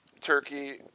Turkey